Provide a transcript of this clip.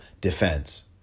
defense